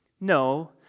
No